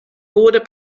goede